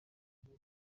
nabyo